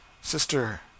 Sister